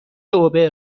اوبر